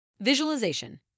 Visualization